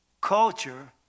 Culture